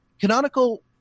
canonical